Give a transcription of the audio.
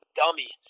dummy